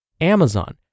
Amazon